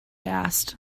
asked